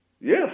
Yes